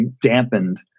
dampened